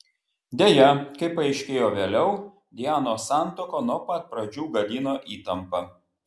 deja kaip paaiškėjo vėliau dianos santuoką nuo pat pradžių gadino įtampa